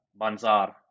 Banzar